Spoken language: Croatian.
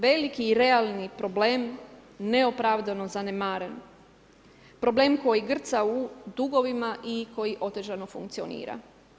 Veliki i realni problem neopravdano zanemaren, problem koji grca u dugovima i koji otežano funkcionira.